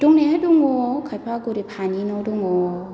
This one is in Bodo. दंनाया दङ खायफा गरिब हानि न' दङ